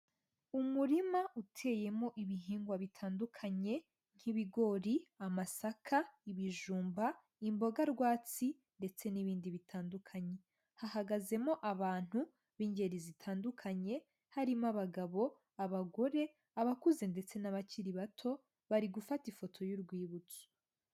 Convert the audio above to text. Umurima uteyemo ibihingwa bitandukanye nk'ibigori, amasaka, ibijumba imboga rwatsi ndetse n'ibindi bitandukanye hahagazemo abantu b'ingeri zitandukanye harimo abagabo, abagore, abakuze ndetse n'abakiri bato bari gufata ifoto y'urwibutso.